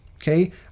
okay